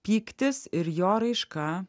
pyktis ir jo raiška